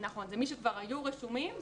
נכון, זה מי שכבר היו רשומים.